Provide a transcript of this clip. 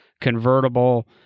convertible